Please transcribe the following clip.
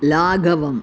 लाघवम्